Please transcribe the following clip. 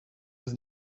was